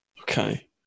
okay